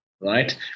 right